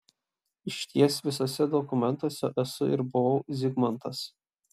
išties visuose dokumentuose esu ir buvau zigmantas